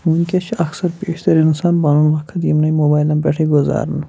وٕنۍکٮ۪س چھِ اکثر بیشتَر اِنسان پَنُن وقت یِمنٕے موبایلَن پٮ۪ٹھٕے گُزاران